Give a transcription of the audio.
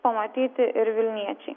pamatyti ir vilniečiai